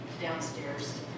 downstairs